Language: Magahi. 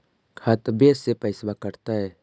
खतबे से पैसबा कटतय?